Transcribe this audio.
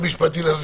משפטית.